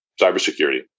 cybersecurity